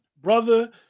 brother